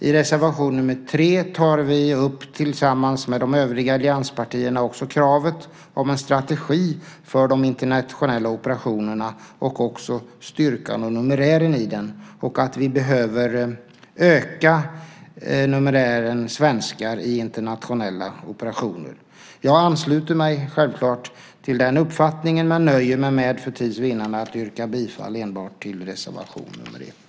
I reservation nr 3 tar vi tillsammans med de övriga allianspartierna upp kravet på en strategi för internationella operationer och att vi behöver öka numerären svenskar i internationella operationer. Jag ansluter mig självklart till den uppfattningen men nöjer mig, för tids vinnande, med att yrka bifall till reservation nr 1.